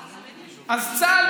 צה"ל,